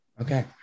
Okay